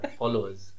followers